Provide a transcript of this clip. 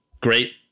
great